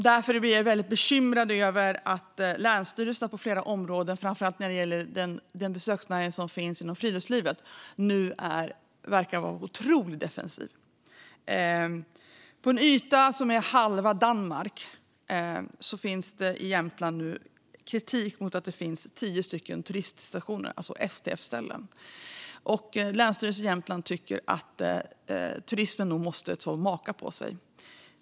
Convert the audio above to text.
Därför blir jag väldigt bekymrad över att länsstyrelserna på flera områden, framför allt när det gäller den besöksnäring som finns inom friluftslivet, nu verkar vara otroligt defensiva. På en yta i Jämtland som motsvarar halva Danmark finns det tio turiststationer, alltså STF-ställen, vilket nu kritiseras. Länsstyrelsen i Jämtland tycker att turismen nog måste maka på sig.